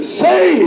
say